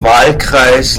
wahlkreis